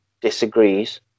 disagrees